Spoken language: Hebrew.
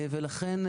ולכן,